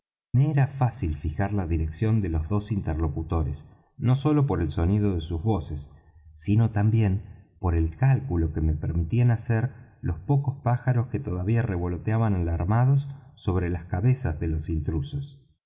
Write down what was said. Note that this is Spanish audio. era fácil fijar la dirección de los dos interlocutores no sólo por el sonido de sus voces sino también por el cálculo que me permitían hacer los pocos pájaros que todavía revoloteaban alarmados sobre las cabezas de los intrusos